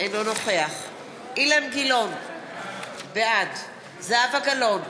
אינו נוכח אילן גילאון, בעד זהבה גלאון,